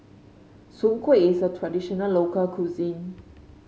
Soon Kueh is a traditional local cuisine